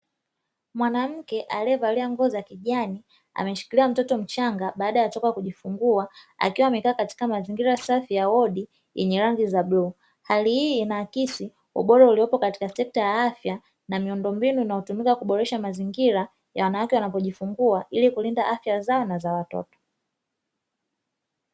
Mwanamke aliyevalia nguo za kijani ameshikilia mtoto mchanga baada ya kutoka kujifungua akiwa amekaa katika mazingira safi ya wodi yenye rangi za bluu, hali hii inaakisi ubora ulioko katika sekta ya afya na miundombinu inayotumika kuboresha mazingira ya wanawake wanapojifungua ili kulinda afya zangu za watoto.